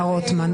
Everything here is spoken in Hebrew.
מר רוטמן?